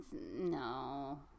no